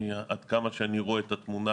עד כמה שאני רואה את התמונה,